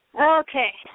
Okay